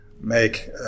make